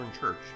Church